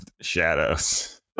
shadows